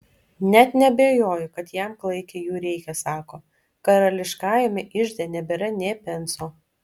net neabejoju kad jam klaikiai jų reikia sako karališkajame ižde nebėra nė penso